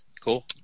Cool